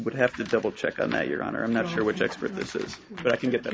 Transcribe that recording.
would have to double check on that your honor i'm not sure which expert this is but i can get th